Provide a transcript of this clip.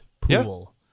pool